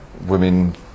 women